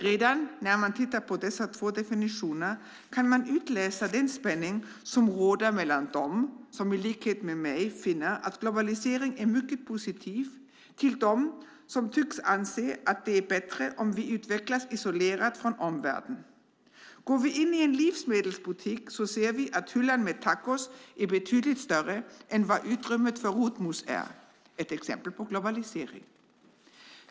Redan i dessa två definitioner kan man utläsa den spänning som råder mellan dem som i likhet med mig finner att globalisering är något mycket positivt till dem som tycks anse att det är bättre om vi utvecklas isolerat från omvärlden. Går vi in i en livsmedelsbutik ser vi att hyllan med tacos är betydligt större än utrymmet för rotmos - ett exempel på globalisering.